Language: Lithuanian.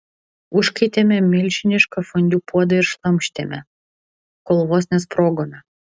užkaitėme milžinišką fondiu puodą ir šlamštėme kol vos nesprogome